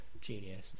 Genius